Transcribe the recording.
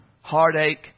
heartache